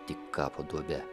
tik kapo duobe